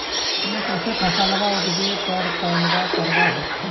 अपने कैसे फसलबा उपजे पर तौलबा करबा होत्थिन?